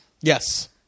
Yes